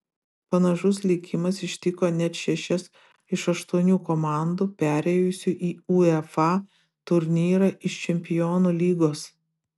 panašus likimas ištiko net šešias iš aštuonių komandų perėjusių į uefa turnyrą iš čempionų lygos